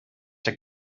der